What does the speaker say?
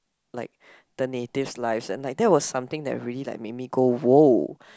like the native's lives and like that was something that really like made me go !whoa!